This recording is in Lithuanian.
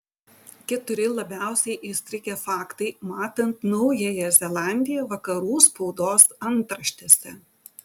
keturi labiausiai įstrigę faktai matant naująją zelandiją vakarų spaudos antraštėse